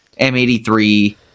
M83